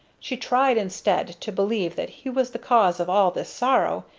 she tried instead to believe that he was the cause of all this sorrow,